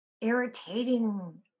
irritating